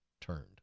turned